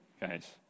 guys